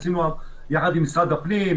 עשינו יחד עם משרד הפנים,